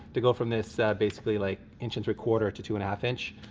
to go from this basically like inch and three-quarter to two and a half inch.